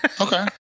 Okay